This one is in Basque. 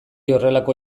horrelako